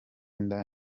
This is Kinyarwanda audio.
inda